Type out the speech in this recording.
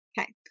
Okay